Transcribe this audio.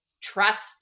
trust